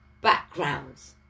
backgrounds